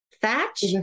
Thatch